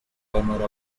corner